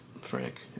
Frank